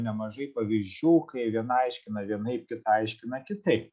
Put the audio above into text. nemažai pavyzdžių kai viena aiškina vienaip kitą aiškina kitaip